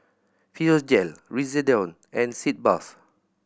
Physiogel Redoxon and Sitz Bath